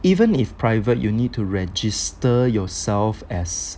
even if private you need to register yourself as